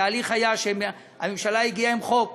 התהליך היה שהממשלה הגיעה עם חוק